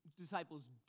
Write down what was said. disciples